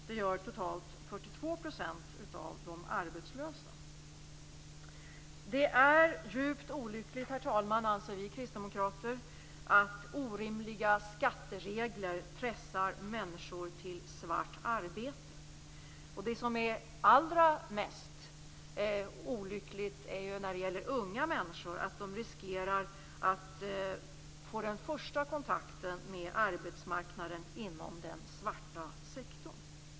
Det innebär totalt 42 % av de arbetslösa. Herr talman! Vi kristdemokrater anser att det är djupt olyckligt att orimliga skatteregler pressar människor till svart arbete. Det som är allra mest olyckligt är ju att unga människor riskerar att få den första kontakten med arbetsmarknaden inom den svarta sektorn.